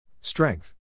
Strength